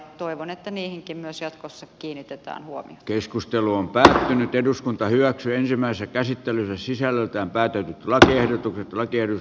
toivon että niihinkin jatkossa kiinnitetään hua keskusteluun pääsee nyt eduskunta hyväksyi ensimmäisen käsittelyn sisältöä täytyy laatia ehdotukset huomiota